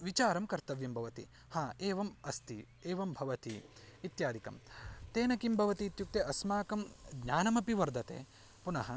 विचारः कर्तव्यः भवति हा एवम् अस्ति एवं भवति इत्यादिकं तेन किं भवति इत्युक्ते अस्माकं ज्ञानमपि वर्धते पुनः